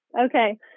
Okay